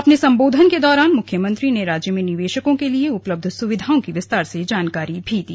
अपने संबोधन के दौरान मुख्यमंत्री ने राज्य में निवेशकों के लिए उपलब्ध सुविधाओं की विस्तार से जानकारी भी दी